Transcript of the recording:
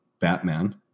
Batman